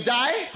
die